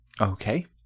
Okay